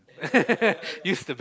use the